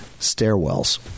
stairwells